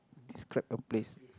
describe a place